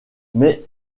mais